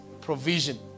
provision